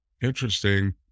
interesting